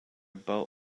boat